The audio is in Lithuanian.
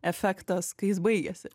efektas kai jis baigiasi